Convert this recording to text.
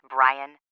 Brian